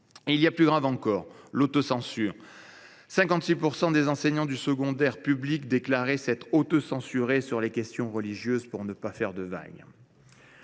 Il y a plus grave encore : l’autocensure. Quelque 56 % des enseignants du secondaire public déclarent s’être autocensurés sur les questions religieuses pour ne pas faire de vagues.